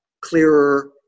clearer